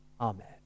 Amen